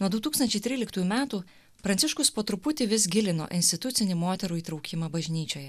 nuo du tūkstančiai tryliktųjų metų pranciškus po truputį vis gilino institucinį moterų įtraukimą bažnyčioje